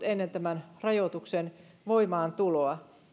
ennen tämän rajoituksen voimaantuloa